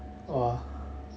!wah!